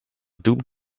doomed